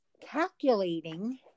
calculating